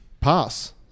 pass